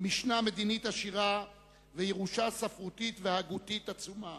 משנה מדינית עשירה וירושה ספרותית והגותית עצומה.